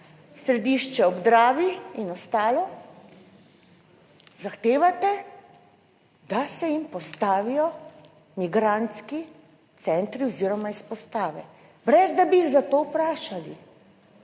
Središče ob Dravi in ostalo zahtevate, da se jim postavijo migrantski centri oziroma izpostave, brez da bi jih za to vprašali,